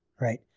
right